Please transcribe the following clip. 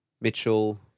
Mitchell